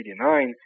1989